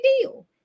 deal